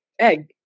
Egg